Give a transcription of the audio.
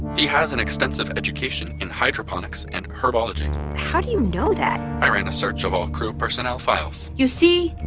he has an extensive education in hydroponics and herbology how do you know that? i ran a search of all crew personnel files you see?